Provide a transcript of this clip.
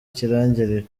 ikirangirire